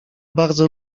bardzo